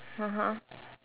(uh huh)